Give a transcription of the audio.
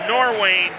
Norway